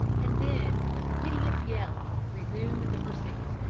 and then, with hideous yells, resumed the pursuit.